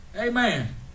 Amen